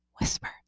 Whisper